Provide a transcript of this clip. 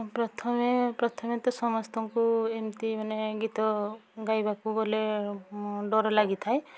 ପ୍ରଥମେ ପ୍ରଥମେ ତ ସମସ୍ତଙ୍କୁ ଏମିତି ମାନେ ଗୀତ ଗାଇବାକୁ ଗଲେ ଡର ଲାଗିଥାଏ